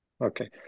Okay